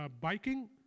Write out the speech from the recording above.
biking